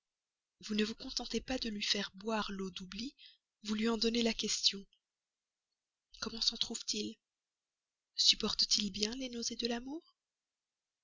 vous ne vous contentez pas de lui faire boire l'eau d'oubli vous lui en donnez la question comment s'en trouve-t-il supporte t il bien les nausées de l'amour